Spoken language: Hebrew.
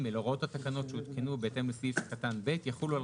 תחולה(ג)"הוראות התקנות שהותקנו בהתאם לסעיף קטן (ב) יחולו על